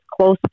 close